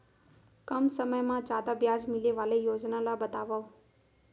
कम समय मा जादा ब्याज मिले वाले योजना ला बतावव